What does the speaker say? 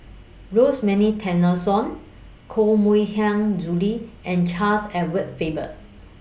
Rosemary Tessensohn Koh Mui Hiang Julie and Charles Edward Faber